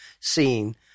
seen